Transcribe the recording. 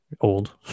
old